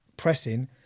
pressing